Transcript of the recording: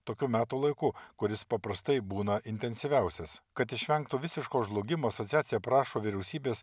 tokiu metų laiku kuris paprastai būna intensyviausias kad išvengtų visiško žlugimo asociacija prašo vyriausybės